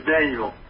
Daniel